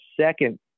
second